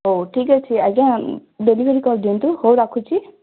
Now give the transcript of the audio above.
ହଉ ଠିକ୍ ଅଛି ଆଜ୍ଞା ଡେଲିଭରୀ କରିଦିଅନ୍ତୁ ହଉ ରଖୁଛି